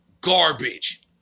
garbage